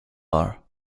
are